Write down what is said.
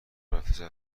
رفته